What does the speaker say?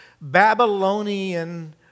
Babylonian